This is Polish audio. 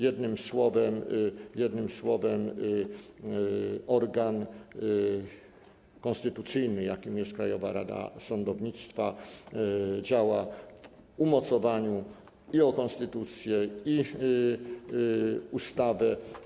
Jednym słowem organ konstytucyjny, jakim jest Krajowa Rada Sądownictwa, działa w umocowaniu i o konstytucję, i ustawę.